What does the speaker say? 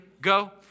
go